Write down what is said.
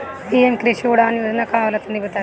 PM कृषि उड़ान योजना का होला तनि बताई?